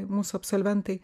mūsų absolventai